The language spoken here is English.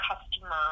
customer